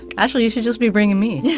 ashlee, you should just be bringing me yeah